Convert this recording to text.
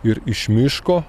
ir iš miško